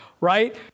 Right